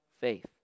faith